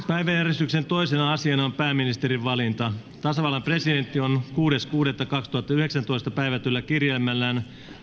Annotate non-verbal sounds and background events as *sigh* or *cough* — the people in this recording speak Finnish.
*unintelligible* päiväjärjestyksen toisena asiana on pääministerin valinta tasavallan presidentti on kuudes kuudetta kaksituhattayhdeksäntoista päivätyllä kirjelmällään